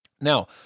Now